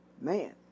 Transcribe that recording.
Man